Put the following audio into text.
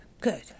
good